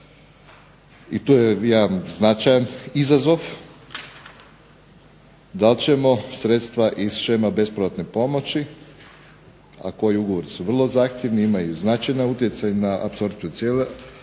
i tu je jedan značajan izazov da li ćemo sredstva iz shema bespovratne pomoći, a koji ugovori su vrlo značajni, imaju značajan utjecaj na apsorpciju cijele